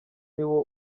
niwo